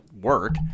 work